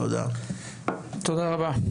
תודה רבה.